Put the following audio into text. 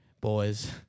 boys